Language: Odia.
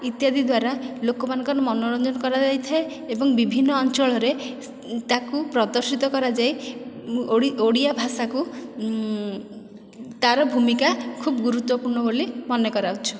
ଇତ୍ୟାଦି ଦ୍ୱାରା ଲୋକମାନଙ୍କର ମନୋରଞ୍ଜନ କରାଯାଇଥାଏ ଏବଂ ବିଭିନ୍ନ ଅଞ୍ଚଳରେ ତାକୁ ପ୍ରଦର୍ଶିତ କରାଯାଇ ଓଡ଼ିଆ ଭାଷାକୁ ତାର ଭୂମିକା ଖୁବ ଗୁରୁତ୍ୱପୂର୍ଣ୍ଣ ବୋଲି ମନେ କରାଉଛୁ